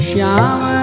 Shama